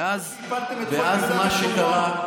ואז מה שקרה,